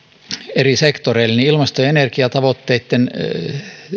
eri sektoreille niin ilmasto ja energiatavoitteitten